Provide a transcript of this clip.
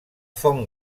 font